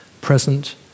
Present